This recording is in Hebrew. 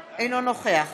אינו נוכח